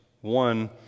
One